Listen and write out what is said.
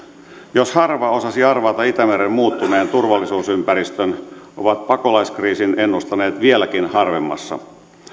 jos harva osasi arvata itämeren muuttuneen turvallisuusympäristön ovat pakolaiskriisin ennustaneet vieläkin harvemmassa